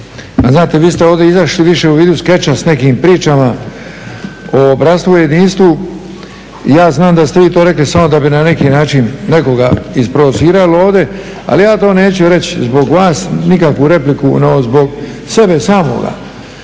znate, vi ste ovdje izašli više u vidu skeča s nekim pričama o bratstvu i jedinstvu, i ja znam da ste vi to rekli samo da bi na neki način nekoga isprovocirali ovdje, ali ja to neću reći zbog vas, nikakvu repliku, no zbog sebe samoga.